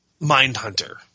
Mindhunter